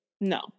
no